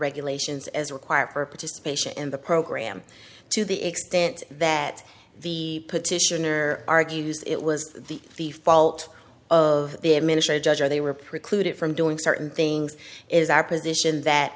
regulations as required for participation in the program to the extent that the petitioner argues it was the the fault of the administrate judge or they were precluded from doing certain things is our position that